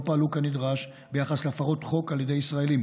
פעלו כנדרש ביחס להפרות חוק על ידי ישראלים.